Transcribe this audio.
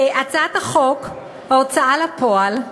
הצעת חוק ההוצאה לפועל לגבי